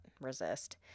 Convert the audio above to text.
resist